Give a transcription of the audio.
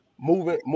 moving